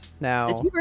now